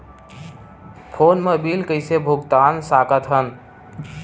Phone मा bill कइसे भुक्तान साकत हन?